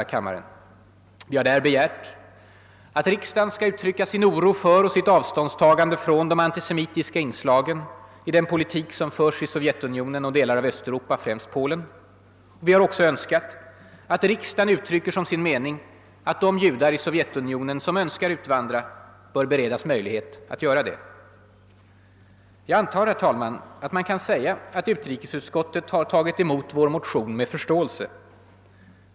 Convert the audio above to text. Vi begär att riksdagen skall uttrycka »sin oro för och sitt avståndstagande från de antisemitiska inslagen i den politik som förs i Sovjetunionen och delar av Östeuropa, främst Polen». Vi önskar också att riksdagen »uttrycker som sin mening att de judar i Sovjetunionen som önskar utvandra bör beredas möjlighet att göra det». Jag antar att man kan säga att utrikesutskottet har tagit emot vår motion med förståelse.